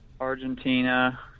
Argentina